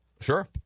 Sure